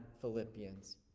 philippians